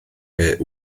beth